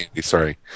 Sorry